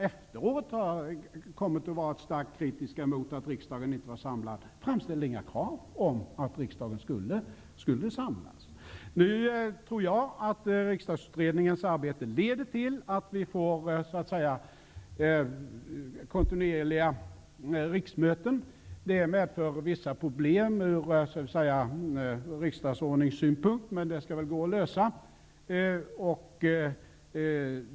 Efteråt har riksdagsledamöter varit starkt kritiska mot att riksdagen inte var samlad, men de framställde inga krav på att riksdagen skulle samlas. Jag tror att Riksdagsutredningens arbete leder till att vi får kontinuerliga riksmöten. Det medför vissa problem ur riksdagsordningssynpunkt, men de skall väl gå att lösa.